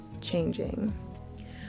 changing